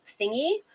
thingy